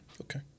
Okay